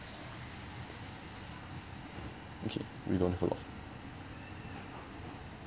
okay we don't